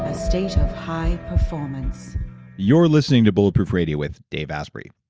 ah state of high performance you're listening to bulletproof radio with dave asprey.